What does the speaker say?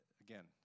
Again